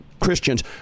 Christians